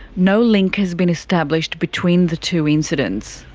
no link has been established between the two incidents.